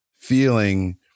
feeling